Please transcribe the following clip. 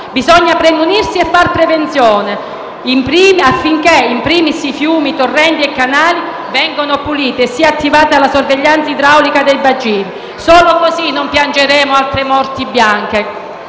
Bisogna premunirsi e fare prevenzione affinché, *in primis*, fiumi, torrenti e canali vengano puliti e sia attivata la sorveglianza idraulica dei bacini. Solo così non piangeremo altre morti bianche.